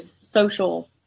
social